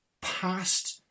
past